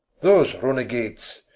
those runagates?